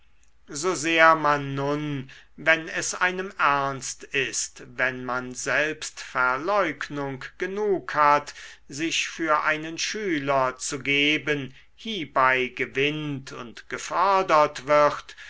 so sehr man nun wenn es einem ernst ist wenn man selbstverleugnung genug hat sich für einen schüler zu geben hiebei gewinnt und gefördert wird